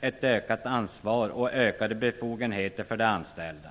ett ökat ansvar och ökade befogenheter för de anställda.